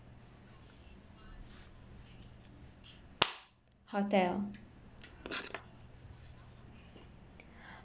hotel